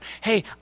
hey